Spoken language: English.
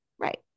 Right